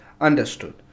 understood